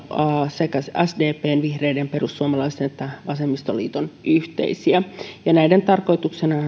todella sekä sdpn vihreiden perussuomalaisten että vasemmistoliiton yhteisiä näiden tarkoituksenahan on